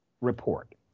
report